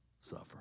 suffer